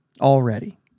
already